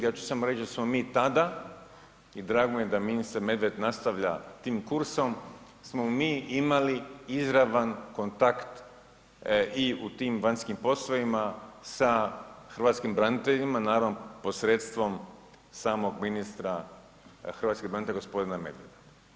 Ja ću samo reći da smo mi tada i drago mi je da ministar Medved nastavlja tim kursom, smo mi imali izravan kontakt i u tim vanjskim poslovima sa hrvatskim branitelja, naravno, posredstvom samog ministara hrvatskih branitelja, g. Medveda.